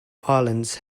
islands